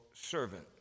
servant